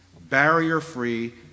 Barrier-free